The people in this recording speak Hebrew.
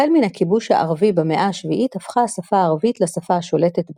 החל מן הכיבוש הערבי במאה השביעית הפכה השפה הערבית לשפה השולטת באזור,